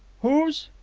whose?